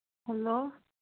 hello